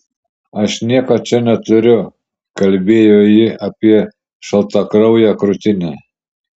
aš nieko čia neturiu kalbėjo ji apie šaltakrauję krūtinę